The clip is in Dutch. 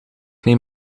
neem